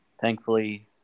thankfully